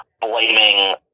blaming